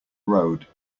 road